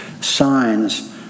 signs